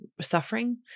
suffering